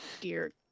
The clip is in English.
dear